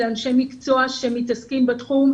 אלה אנשי מקצוע שמתעסקים בתחום,